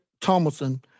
Thomason